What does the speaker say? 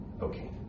Okay